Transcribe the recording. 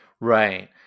Right